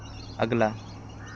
अगला